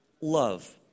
love